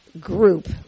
group